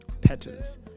patterns